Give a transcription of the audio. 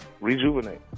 Rejuvenate